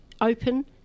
open